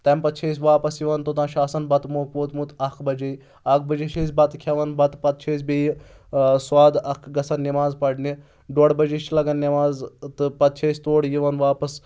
تَمہِ پَتہٕ چھِ أسۍ واپَس یِواان توتان چھِ آسان بَتہٕ موقعہٕ ووتمُت اَکھ بَجے اَکھ بَجے چھِ أسۍ بَتہٕ کھؠوان بَتہٕ پَتہٕ چھِ أسۍ بیٚیہِ سودٕ اکھ گژھان نؠماز پَرنہِ ڈۄڈ بَجے چھِ لگان نؠماز تہٕ پَتہٕ چھِ أسۍ تورٕ یِوان واپَس